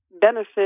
benefit